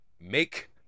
make